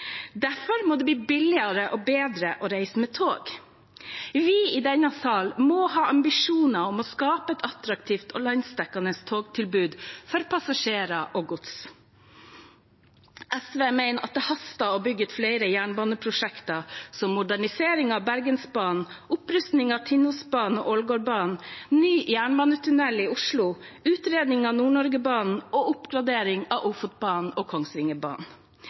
Derfor må det bli billigere og bedre å reise med tog. Vi i denne sal må ha ambisjoner om å skape et attraktivt og landsdekkende togtilbud for passasjerer og gods. SV mener at det haster å bygge ut flere jernbaneprosjekter, som modernisering av Bergensbanen, opprusting av Tinnosbanen og Ålgårdbanen, ny jernbanetunnel i Oslo, utredning av Nord-Norge-banen og oppgradering av Ofotbanen og Kongsvingerbanen.